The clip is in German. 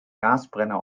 gasbrenner